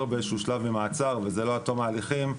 באיזשהו שלב ממעצר וזה לא עד תום ההליכים,